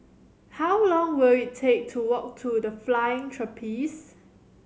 how long will it take to walk to The Flying Trapeze